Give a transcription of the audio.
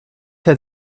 had